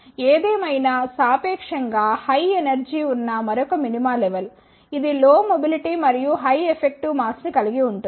ఏదేమైనా సాపేక్షం గా హై ఎనర్జీ ఉన్న మరొక మినిమా లెవల్ ఇది లో మెబిలిటీ మరియు హై ఎఫెక్టివ్ మాస్ ని కలిగి ఉంటుంది